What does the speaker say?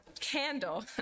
candle